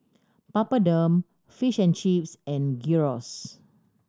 Papadum Fish and Chips and Gyros